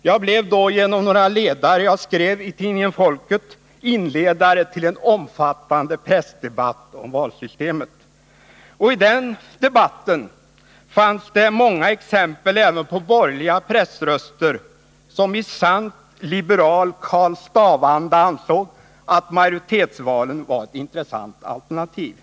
Jag blev då genom några ledare jag skrevi tidningen Folket inledare till en omfattande pressdebatt om valsystemet. Och i den debatten fanns det många exempel även på borgerliga pressröster som i sant liberal Karl Staaff-anda ansåg att majoritetsvalen var ett intressant alternativ.